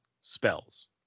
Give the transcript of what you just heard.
spells